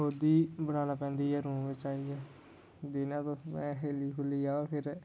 खुद ही बनाना पैंदी ऐ रूम च आइयै दिनै तुस खेली खुली आओ फिर